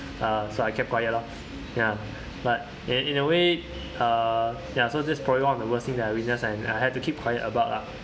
uh so I kept quiet lor ya but then in a way uh ya so just probably one of the worst things that I witnessed and I had to keep quiet about lah